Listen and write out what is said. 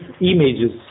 images